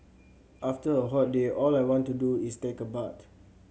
after a hot day all I want to do is take a bath